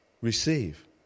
receive